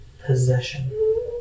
possession